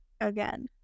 again